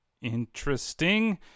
interesting